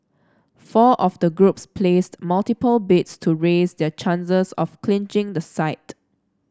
four of the groups placed multiple bids to raise their chances of clinching the site